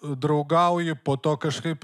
draugauji po to kažkaip